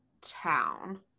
town